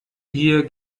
hier